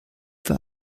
wir